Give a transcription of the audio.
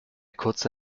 kurze